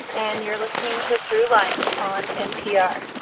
and you're listening to throughline on npr.